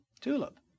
Tulip